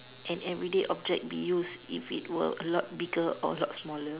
an everyday object be used if it was a lot bigger or a lot smaller